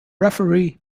referee